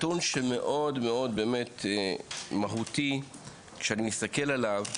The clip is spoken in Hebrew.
הנתון שמאוד מהותי שאני מסתכל עליו,